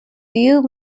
you